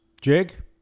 Jig